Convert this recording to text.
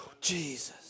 Jesus